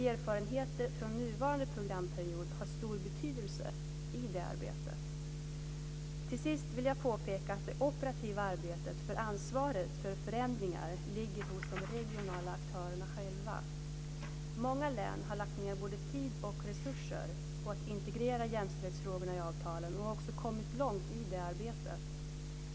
Erfarenheter från nuvarande programperiod har stor betydelse i det arbetet. Till sist vill jag påpeka att det operativa arbetet och ansvaret för förändringar ligger hos de regionala aktörerna själva. Många län har lagt ned både tid och resurser på att integrera jämställdhetsfrågorna i avtalen och har också kommit långt i det arbetet.